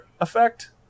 effect